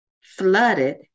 flooded